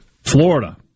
Florida